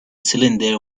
cylinder